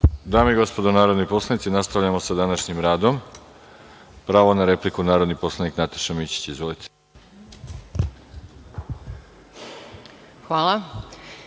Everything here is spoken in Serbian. Dame i gospodo narodni poslanici, nastavljamo sa današnjim radom. Pravo na repliku, narodni poslanik Nataša Mićić. Izvolite. **Nataša